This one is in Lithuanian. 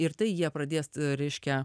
ir tai jie pradės reiškia